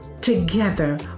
Together